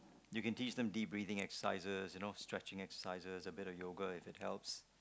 you can teach them de breathing exercises you know stretching exercises a bit yoga if it helps